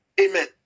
amen